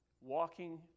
walking